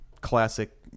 classic